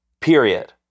period